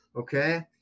Okay